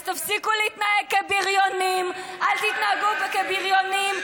אז תפסיקו להתנהג כבריונים.